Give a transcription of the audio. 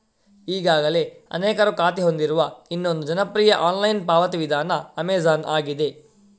ಈಗಾಗಲೇ ಅನೇಕರು ಖಾತೆ ಹೊಂದಿರುವ ಇನ್ನೊಂದು ಜನಪ್ರಿಯ ಆನ್ಲೈನ್ ಪಾವತಿ ವಿಧಾನ ಅಮೆಜಾನ್ ಆಗಿದೆ